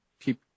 keep